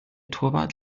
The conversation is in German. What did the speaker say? torwart